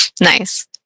nice